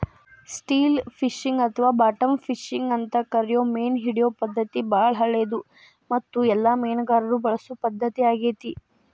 still fishing ಅಥವಾ bottom fishing ಅಂತ ಕರಿಯೋ ಮೇನಹಿಡಿಯೋ ಪದ್ಧತಿ ಬಾಳ ಹಳೆದು ಮತ್ತು ಎಲ್ಲ ಮೇನುಗಾರರು ಬಳಸೊ ಪದ್ಧತಿ ಆಗೇತಿ